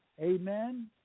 Amen